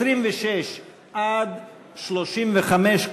26 35,